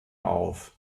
auf